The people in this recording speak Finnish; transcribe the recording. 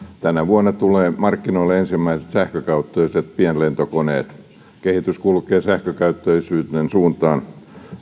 tänä vuonna tulevat markkinoille ensimmäiset sähkökäyttöiset pienlentokoneet kehitys kulkee sähkökäyttöisyyden suuntaan